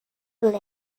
bliss